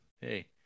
Hey